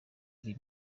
buri